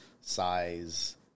size